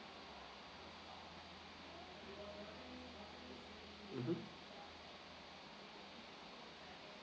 mmhmm